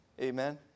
Amen